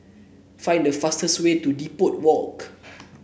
find the fastest way to Depot Walk